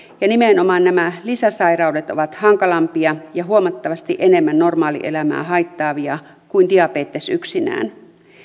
niin nimenomaan nämä lisäsairaudet ovat hankalampia ja huomattavasti enemmän normaalielämää haittaavia kuin diabetes yksinään